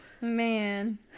Man